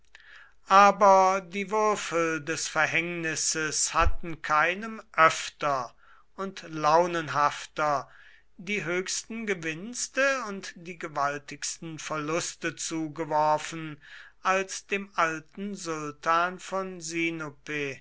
aber die würfel des verhängnisses hatten keinem öfter und launenhafter die höchsten gewinste und die gewaltigsten verluste zugeworfen als dem alten sultan von